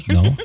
No